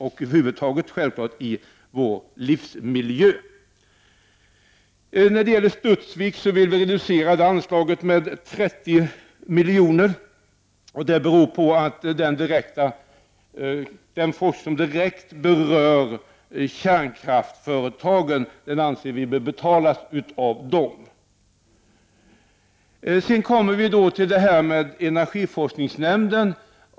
Vi får också den bästa miljön över huvud taget i vår livsmiljö, självfallet. Vi vill vidare reducera anslaget till Studsvik med 30 milj.kr. Det beror på att den forskning som direkt berör kärnkraftsföretagen bör betalas av dessa. Så kommer vi till frågan om energiforskningsnämnden.